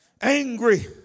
angry